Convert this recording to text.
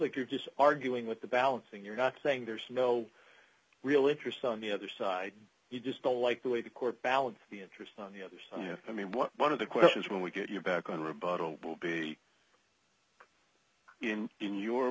like you're just arguing with the balancing you're not saying there's no real interest on the other side you just don't like the way the court balance the interest on the other side i mean one of the questions when we get you back on rebuttal will be in your